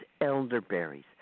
elderberries